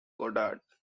goddard